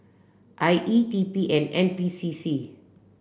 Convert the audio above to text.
I E T P and N P C C